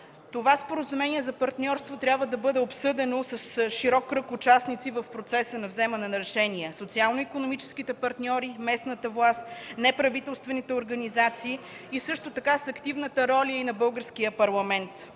Това Споразумение за партньорство трябва да бъде обсъдено с широк кръг участници в процеса на вземане на решения – социално-икономическите партньори, местната власт, неправителствените организации и също така с активната роля на Българския парламент.